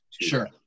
Sure